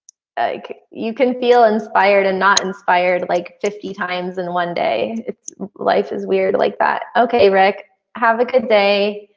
like you can feel inspired and not inspired like fifty times in one day its life is weird like that. okay, rick. have a good day!